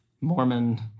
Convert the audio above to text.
Mormon